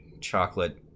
chocolate